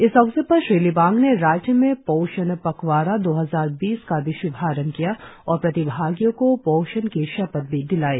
इस अवसर पर श्री लिबांग ने राज्य में पोषण पखवाड़ा दो हजार बीस का भी श्रभारंभ किया और प्रतिभागियों को पोषण की शपथ भी दिलाई